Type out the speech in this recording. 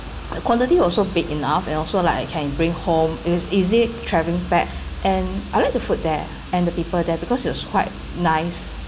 the quantity also big enough and also like I can bring home it was easy travelling pack and I like the food there and the people there because it was quite nice